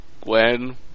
Gwen